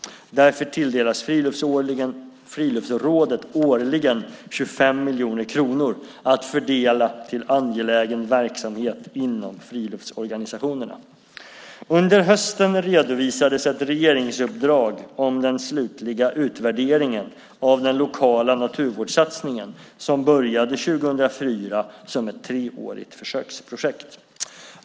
Därför tilldelas Friluftsrådet årligen 25 miljoner kronor att fördela till angelägen verksamhet inom friluftsorganisationerna. Under hösten redovisades ett regeringsuppdrag om den slutliga utvärderingen av den lokala naturvårdssatsning som började 2004 som ett treårigt försöksprojekt.